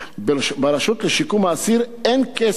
"ברשות לשיקום האסיר אין כסף,